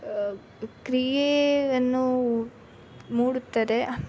ಕ್ರಿಯೆಯನ್ನು ಮೂಡುತ್ತದೆ